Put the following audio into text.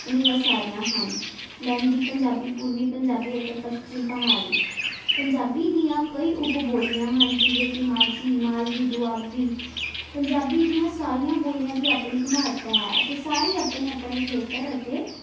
ਇਹ ਸਾਰੀਆਂ ਹਨ ਲਹਿੰਦੀ ਪੰਜਾਬੀ ਪੂਰਵੀ ਪੰਜਾਬੀ ਅਤੇ ਪਸ਼ਚਿਮ ਪਹਾੜੀ ਪੰਜਾਬੀ ਦੀਆਂ ਕਈ ਉਪਬੋਲੀਆਂ ਹਨ ਜਿਵੇਂ ਕਿ ਮਾਝੀ ਮਾਲਵੀ ਦੁਆਬੀ ਪੰਜਾਬੀ ਦੀਆਂ ਸਾਰੀਆਂ ਬੋਲੀਆਂ ਦੀ ਆਪਣੀ ਇੱਕ ਮਹੱਤਤਾ ਹੈ ਅਤੇ ਸਾਰੀ ਆਪਣੇ ਆਪਣੇ ਖੇਤਰ ਅਤੇ